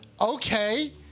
Okay